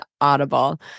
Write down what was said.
Audible